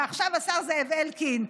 ועכשיו השר זאב אלקין,